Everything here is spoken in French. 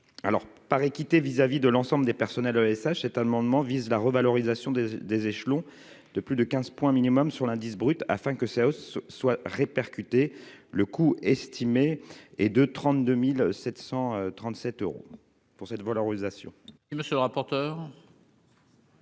alors par équité vis-à-vis de l'ensemble des personnels Osh, cet amendement vise la revalorisation des des échelons de plus de 15 points minimum sur l'indice brut afin que ça hausse soit répercutée le coût estimé est de 32737 euros pour cette valorisation. Monsieur le rapporteur.